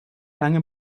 lange